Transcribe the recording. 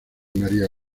maría